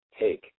take